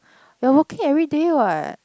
you're working everyday what